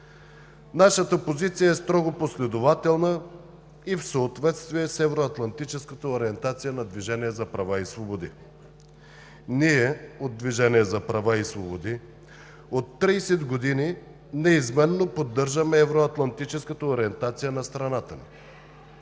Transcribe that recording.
Нашата позиция е строго последователна и в съответствие с евроатлантическата ориентация на „Движението за права и свободи“. Ние от „Движението за права и свободи“ от 30 години неизменно поддържаме евроатлантическата ориентация на страната ни.